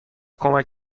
کمک